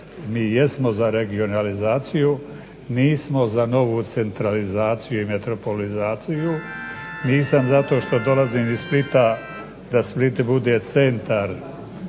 Mi jesmo za regionalizaciju, nismo za novu centralizaciju i metropolizaciju. Nisam zato što dolazim iz Splita da Split bude centar